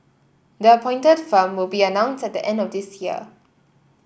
the appointed firm will be announced at the end of this year